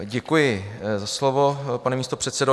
Děkuji za slovo, pane místopředsedo.